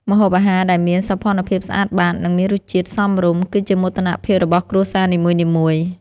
ម្ហូបអាហារដែលមានសោភ័ណភាពស្អាតបាត និងមានរសជាតិសមរម្យ គឺជាមោទនភាពរបស់គ្រួសារនីមួយៗ។